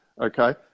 Okay